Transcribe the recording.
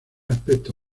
aspecto